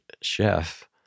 chef